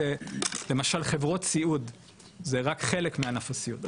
למשל חברות סיעות זה רק חלק מענף הסיעות,